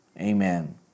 Amen